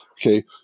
okay